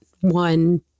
one